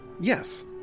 Yes